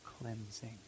cleansing